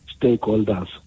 stakeholders